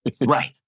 Right